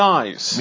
eyes